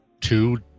two